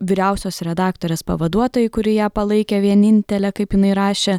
vyriausios redaktorės pavaduotojai kuri ją palaikė vienintelė kaip jinai rašė